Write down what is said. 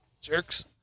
Jerks